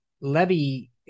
Levy